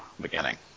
beginning